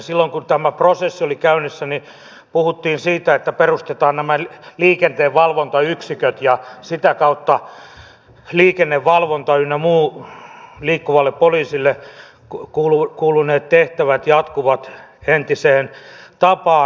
silloin kun tämä prosessi oli käynnissä puhuttiin siitä että perustetaan nämä liikenteenvalvontayksiköt ja sitä kautta liikennevalvonta ynnä muut liikkuvalle poliisille kuuluneet tehtävät jatkuvat entiseen tapaan